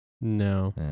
No